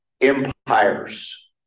empires